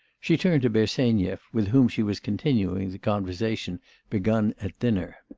she turned to bersenyev, with whom she was continuing the conversation begun at dinner.